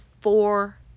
four